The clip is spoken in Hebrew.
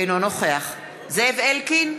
אינו נוכח זאב אלקין,